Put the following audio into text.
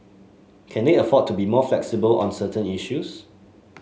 can they afford to be more flexible on certain issues